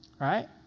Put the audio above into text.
right